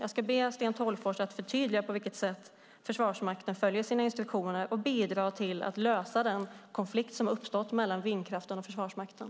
Jag vill be Sten Tolgfors förtydliga på vilket sätt Försvarsmakten följer sina instruktioner och bidrar till att lösa den konflikt som uppstått mellan vindkraften och Försvarsmakten.